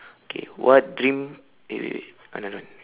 okay what dream eh wait wait another one